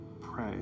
pray